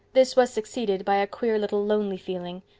this was succeeded by a queer, little lonely feeling.